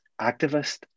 activist